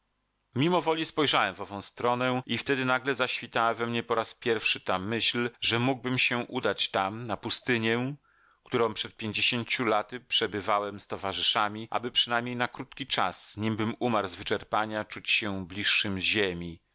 pustynię mimowoli spojrzałem w ową stronę i wtedy nagle zaświtała we mnie po raz pierwszy ta myśl że mógłbym się udać tam na pustynię którą przed pięćdziesięciu laty przebywałem z towarzyszami aby przynajmniej na krótki czas nimbym umarł z wyczerpania czuć się bliższym ziemi